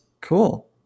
cool